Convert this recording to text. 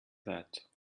that